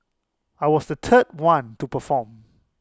I was the third one to perform